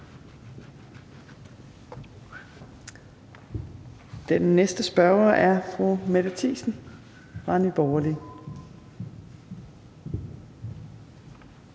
Den næste spørger er fru Mette Thiesen fra Nye Borgerlige.